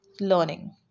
learning